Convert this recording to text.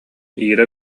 ира